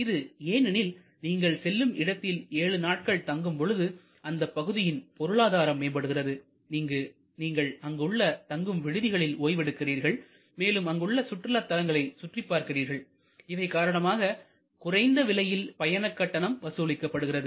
இது ஏனெனில் நீங்கள் செல்லும் இடத்தில் ஏழு நாட்கள் தங்கும் பொழுது அந்த பகுதியின் பொருளாதாரம் மேம்படுகிறது நீங்கள் அங்கு உள்ள தங்கும் விடுதிகளில் ஓய்வு எடுக்கிறார்கள் மேலும் அங்குள்ள சுற்றுலா தலங்களை சுற்றி பார்க்கிறீர்கள்இவை காரணமாக குறைந்த விலையில் பயணக் கட்டணம் வசூலிக்கப்படுகிறது